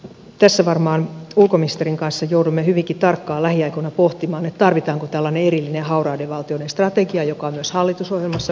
tässä varmaan ulkoministerin kanssa joudumme hyvinkin tarkkaan lähiaikoina pohtimaan tarvitaanko tällainen erillinen hauraiden valtioiden strategia joka on myös hallitusohjelmassa mainittu